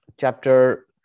chapter